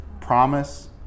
promise